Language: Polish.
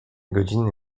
godziny